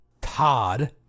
Todd